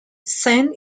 sen